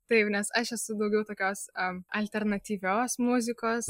taip nes aš esu daugiau tokios alternatyvios muzikos